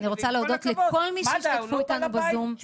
עם כל הכבוד מד"א עשו --- של הטפסים.